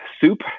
soup